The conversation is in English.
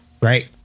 Right